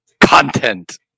Content